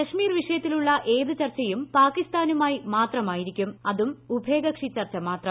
കശ്മീർ വിഷയത്തിലുള്ള ഏത് ചർച്ചയും പാകിസ്ഥാനുമായി മാത്രമായിരിക്കും അതും ഉഭയകക്ഷി ചർച്ച മാത്രം